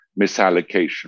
misallocation